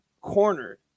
cornered